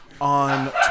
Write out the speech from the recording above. on